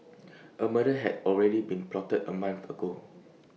A murder had already been plotted A month ago